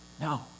No